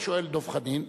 השואל דב חנין,